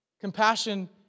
Compassion